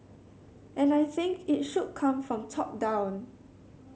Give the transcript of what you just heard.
and I think it should come from top down